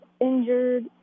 injured